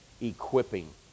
Equipping